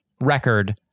record